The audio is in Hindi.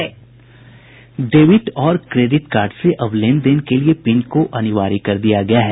डेबिट और क्रेडिट कार्ड से अब लेन देन के लिए पिन को अनिवार्य कर दिया गया है